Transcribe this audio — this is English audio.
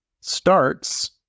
starts